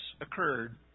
occurred